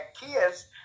kids